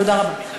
תודה רבה.